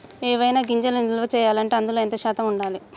ఏవైనా గింజలు నిల్వ చేయాలంటే అందులో ఎంత శాతం ఉండాలి?